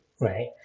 Right